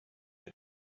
had